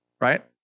Right